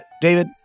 David